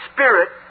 Spirit